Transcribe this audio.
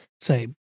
say